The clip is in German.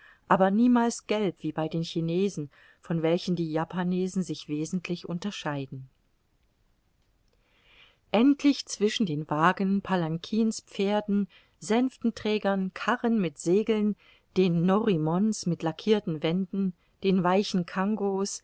aber niemals gelb wie bei den chinesen von welchen die japanesen sich wesentlich unterscheiden endlich zwischen den wagen palankins pferden sänftenträgern karren mit segeln den norimons mit lackirten wänden den weichen